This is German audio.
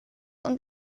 und